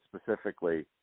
specifically